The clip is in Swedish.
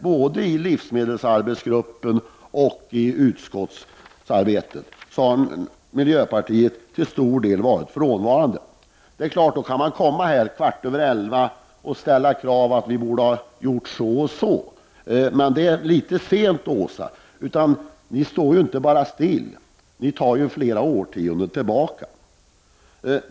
Både i livsmedelsarbetsgruppen och utskottsarbetet har miljöpartisterna varit frånvarande. Då kan man komma hit kvart över elva och ställa krav på att vi borde göra si eller så, men det är litet sent, Åsa Domeij. Ni står inte bara still, ni tar er flera årtionden tillbaka.